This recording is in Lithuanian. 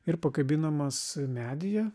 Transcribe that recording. ir pakabinamas medyje